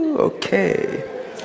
Okay